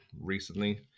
recently